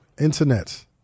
internet